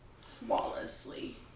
flawlessly